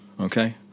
okay